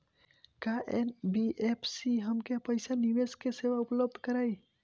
का एन.बी.एफ.सी हमके पईसा निवेश के सेवा उपलब्ध कराई?